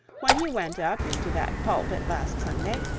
when he went up into that pulpit last sunday,